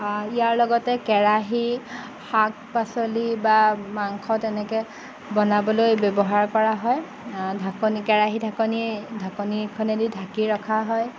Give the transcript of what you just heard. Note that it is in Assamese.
ইয়াৰ লগতে কেৰাহী শাক পাচলি বা মাংস তেনেকৈ বনাবলৈ ব্যৱহাৰ কৰা হয় ঢাকনি কেৰাহী ঢাকনি ঢাকনিখনেদি ঢাকি ৰখা হয়